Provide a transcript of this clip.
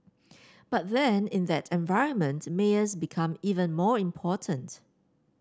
but then in that environment mayors become even more important